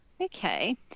okay